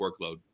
workload